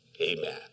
amen